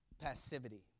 passivity